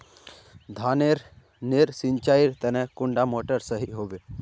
धानेर नेर सिंचाईर तने कुंडा मोटर सही होबे?